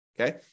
Okay